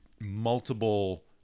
multiple